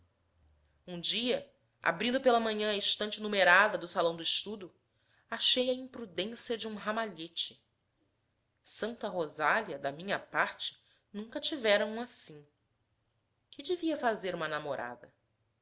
um dia abrindo pela manhã a estante numerada do salão do estudo achei a imprudência de um ramalhete santa rosália da minha parte nunca tivera um assim que devia fazer uma namorada